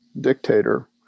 dictator